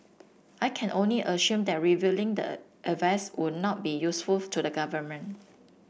I can only assume that revealing the advice would not be useful to the government